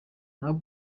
naho